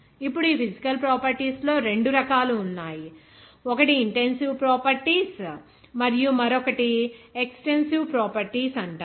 ఇప్పుడు ఈ physical properties లో 2 రకాలు ఉన్నాయి ఒకటి ఇంటెన్సివ్ ప్రాపర్టీస్ మరియు మరొకటి ఎక్సటెన్సివ్ ప్రాపర్టీస్ అంటారు